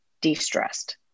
de-stressed